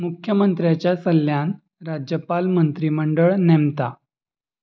मुख्यमंत्र्याच्या सल्ल्यान राज्यपाल मंत्री मंडळ नेमता